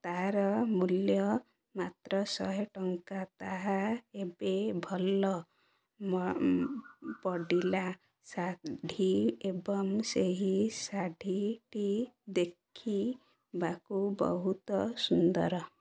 ତାର ମୂଲ୍ୟ ମାତ୍ର ଶହେ ଟଙ୍କା ତାହା ଏବେ ଭଲ ପଡ଼ିଲା ଶାଢ଼ୀ ଏବଂ ସେହି ଶାଢ଼ୀଟି ଦେଖିବାକୁ ବହୁତ ସୁନ୍ଦର